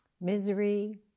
Misery